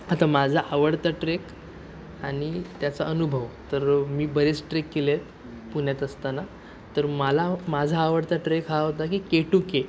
आता माझा आवडता ट्रेक आणि त्याचा अनुभव तर मी बरेच ट्रेक केले पुण्यात असताना तर मला माझा आवडता ट्रेक हा होता की के टू के